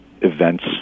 events